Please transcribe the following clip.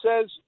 says